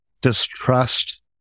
distrust